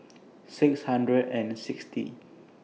six hundred and sixty